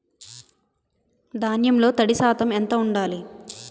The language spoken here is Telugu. ధాన్యంలో తడి శాతం ఎంత ఉండాలి?